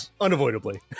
Unavoidably